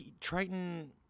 Triton